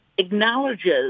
acknowledges